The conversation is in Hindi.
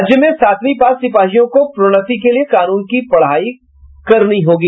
राज्य में सातवीं पास सिपाहियों को प्रोन्नति के लिए कानून की पढाई करनी होगी